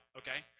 okay